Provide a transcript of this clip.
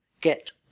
get